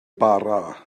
bara